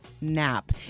nap